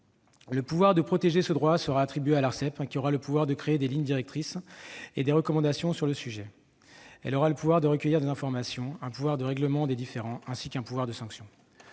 Le pouvoir de protéger les droits sera attribué à l'Arcep, qui pourra fixer des lignes directrices et édicter des recommandations sur le sujet. Elle aura aussi le pouvoir de recueillir des informations, un pouvoir de règlement des différends, ainsi qu'un pouvoir de sanction.